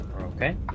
Okay